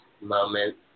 moment